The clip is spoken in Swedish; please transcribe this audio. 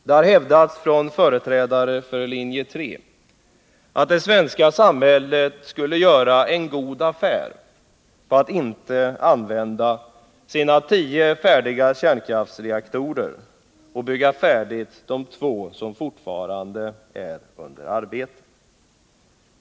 Det har hävdats från företrädare för linje 3 att det svenska samhället skulle göra en god affär på att inte använda sina tio färdiga kärnkraftreaktorer och bygga färdigt de två som fortfarande är under arbete.